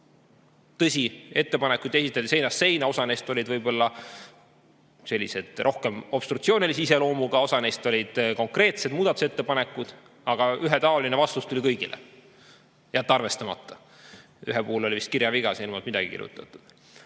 Tõsi, ettepanekuid esitati seinast seina, osa neist olid võib-olla rohkem obstruktsioonilise iseloomuga, osa olid konkreetsed muudatusettepanekud, aga ühetaoline vastus tuli kõigile: jätta arvestamata. Ühe puhul oli vist kirjaviga, sinna polnud midagi kirjutatud.